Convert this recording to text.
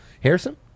harrison